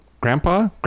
Grandpa